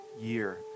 year